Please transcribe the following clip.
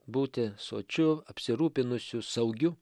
būti sočiu apsirūpinusiu saugiu